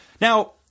Now